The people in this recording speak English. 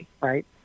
right